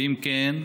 אם כן,